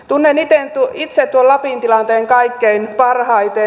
tunnen itse tuon lapin tilanteen kaikkein parhaiten